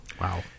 Wow